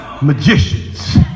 magicians